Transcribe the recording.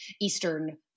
Eastern